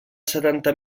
setanta